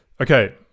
okay